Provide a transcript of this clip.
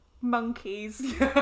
monkeys